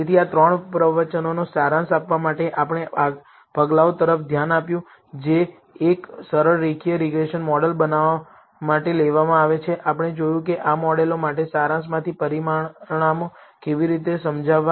તેથી આ ત્રણ પ્રવચનોનો સારાંશ આપવા માટે આપણે પગલાઓ તરફ ધ્યાન આપ્યું જે એક સરળ રેખીય રીગ્રેસન મોડેલ બનાવવા માટે લેવામાં આવે છે આપણે જોયું કે આ મોડેલો માટે સારાંશમાંથી પરિણામો કેવી રીતે સમજાવવા